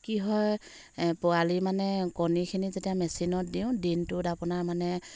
কি হয় পোৱালি মানে কণীখিনি যেতিয়া মেচিনত দিওঁ দিনটোত আপোনাৰ মানে